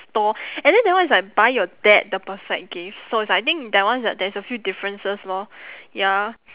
store and then that one is like buy your dad the perfect gift so is like I think that one uh there's a few differences lor ya